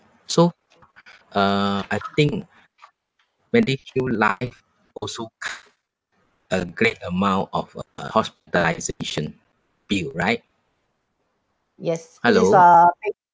so uh I think medishield life also a great amount of uh hospitalisation bill right hello